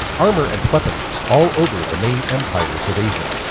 armour and weapons all over the main empires of asia.